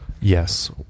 Yes